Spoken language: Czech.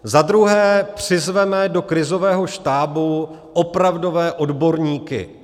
Za druhé, přizvěme do krizového štábu opravdové odborníky.